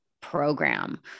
program